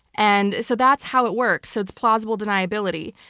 and so that's how it works. so it's plausible deniability.